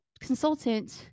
consultant